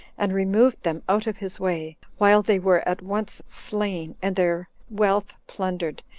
and removed them out of his way, while they were at once slain, and their wealth plundered,